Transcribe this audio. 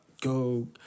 go